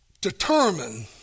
determine